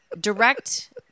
direct